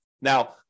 Now